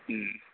ம்